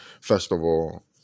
Festival